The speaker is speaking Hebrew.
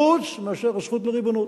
חוץ מאשר הזכות לריבונות.